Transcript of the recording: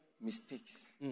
mistakes